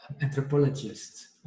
anthropologists